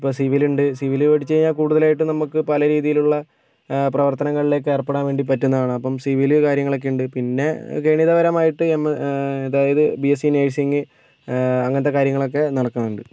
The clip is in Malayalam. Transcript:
ഇപ്പം സിവില് ഉണ്ട് സിവില് പഠിച്ചു കഴിഞ്ഞാൽ കൂടുതലായിട്ടും നമുക്ക് പല രീതിയിലുള്ള പ്രവർത്തനങ്ങളിലേക്ക് ഏർപ്പെടാൻ വേണ്ടി പറ്റുന്നതാണ് അപ്പം സിവില് കാര്യങ്ങളൊക്കെ ഉണ്ട് പിന്നെ ഗണിത പരമായിട്ട് അതായത് ബി എസ് സി നഴ്സിംഗ് അങ്ങനത്തെ കാര്യങ്ങളൊക്കെ നടക്കുന്നുണ്ട്